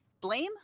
Blame